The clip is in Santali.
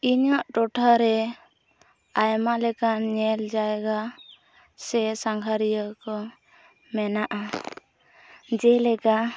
ᱤᱧᱟᱹᱜ ᱴᱚᱴᱷᱟᱨᱮ ᱟᱭᱢᱟ ᱞᱮᱠᱟᱱ ᱧᱮᱞ ᱡᱟᱭᱜᱟ ᱥᱮ ᱥᱟᱸᱜᱷᱟᱨᱤᱭᱟᱹ ᱠᱚ ᱢᱮᱱᱟᱜᱼᱟ ᱡᱮᱞᱮᱠᱟ